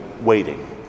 waiting